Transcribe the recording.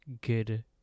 good